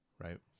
right